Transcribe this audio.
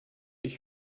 ich